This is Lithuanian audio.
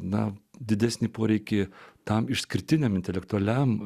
na didesnį poreikį tam išskirtiniam intelektualiam